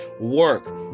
work